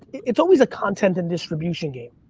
it's always a content and distribution game.